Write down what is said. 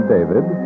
David